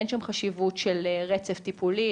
אין שם חשיבות של רצף טיפולי,